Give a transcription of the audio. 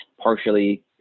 partially